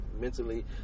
mentally